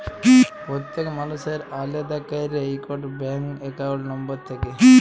প্যত্তেক মালুসের আলেদা ক্যইরে ইকট ব্যাংক একাউল্ট লম্বর থ্যাকে